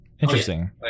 interesting